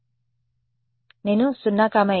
విద్యార్థి మేము 0 8 చుట్టూ ప్రారంభించినట్లయితే